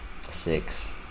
six